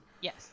Yes